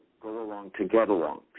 go-along-to-get-along